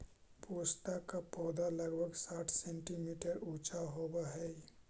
पोस्ता का पौधा लगभग साठ सेंटीमीटर ऊंचा होवअ हई